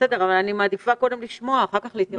אבל אני מעדיפה קודם לשמוע ורק אחר כך להתייחס.